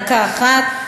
דקה אחת.